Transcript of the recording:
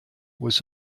was